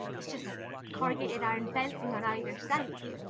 is just corrugated iron fencing on either side. the the